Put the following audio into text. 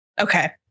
okay